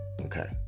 Okay